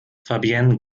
fabienne